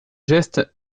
geste